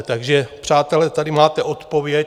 Takže přátelé, tady máte odpověď.